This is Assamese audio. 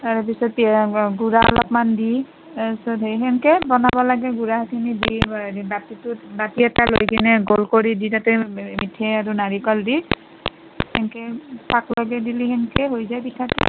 তাৰ পিছত গুড়া অলপমান দি তাৰ পিছত সেই তেনকৈ বনাবা লাগে গুড়াখিনি দি সেই বাতিটোত বাতি এটা লৈ কিনে গোল কৰি দি তাতে মিঠেই আৰু নাৰিকল দি তেনকৈ পাক লগাই দিলে তেনেকৈ হৈ যাই পিঠাটো